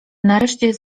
nareszcie